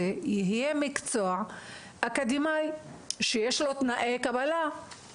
יהיה מקצוע אקדמאי שיש לו תנאי קבלה,